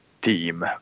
team